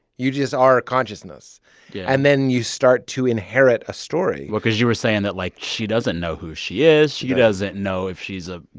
you just are a consciousness yeah and then you start to inherit a story well, because you were saying that, like, she doesn't know who she is right she doesn't know if she's a.